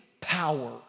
power